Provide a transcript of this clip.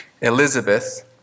Elizabeth